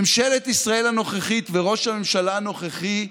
ממשלת ישראל הנוכחית וראש הממשלה הנוכחי,